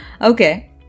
Okay